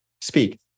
speak